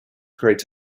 create